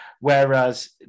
Whereas